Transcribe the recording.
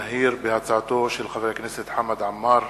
הצעתו של חבר הכנסת חמד עמאר.